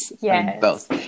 Yes